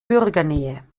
bürgernähe